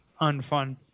unfun